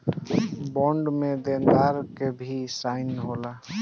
bond में देनदार के भी साइन होला